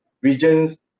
regions